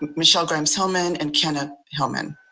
michelle grimes, hellman, and kenna hellman.